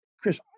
Chris